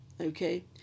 Okay